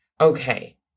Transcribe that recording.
okay